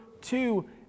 two